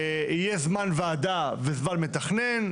יהיה זמן ועדה וזמן מתכנן,